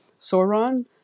Sauron